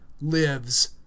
lives